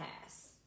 pass